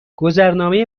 گذرنامه